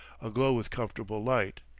aglow with comfortable light.